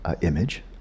image